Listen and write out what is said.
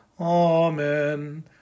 Amen